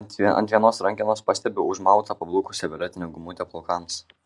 ant vienos rankenos pastebiu užmautą pablukusią violetinę gumutę plaukams